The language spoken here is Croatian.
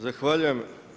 Zahvaljujem.